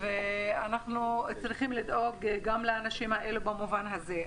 אנו צריכים לדאוג גם לאנשים האלה במובן הזה.